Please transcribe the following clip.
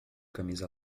camisa